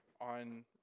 on